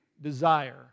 desire